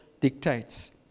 dictates